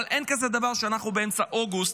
אבל אין כזה דבר שאנחנו באמצע אוגוסט,